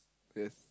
yes